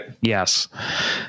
Yes